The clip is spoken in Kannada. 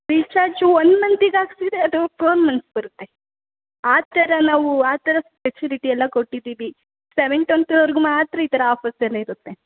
ರಿಚಾರ್ಜ್ ಒಂದು ಮಂತಿಗೆ ಹಾಕ್ಸಿರೆ ಅದು ಫೋರ್ ಮಂತ್ ಬರುತ್ತೆ ಆ ಥರ ನಾವು ಆ ಥರ ಫೆಸಿಲಿಟಿ ಎಲ್ಲ ಕೊಟ್ಟಿದ್ದೀವಿ ಸೆವೆಂಟೆನ್ತ್ವರೆಗೆ ಮಾತ್ರ ಈ ಥರ ಆಫರ್ಸೆಲ್ಲ ಇರುತ್ತೆ